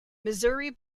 missouri